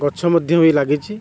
ଗଛ ମଧ୍ୟ ବି ଲାଗିଛି